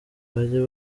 bajya